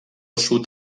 sud